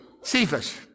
Cephas